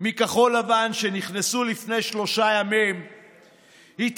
מכחול לבן שנכנסו לפני שלושה ימים התעייפו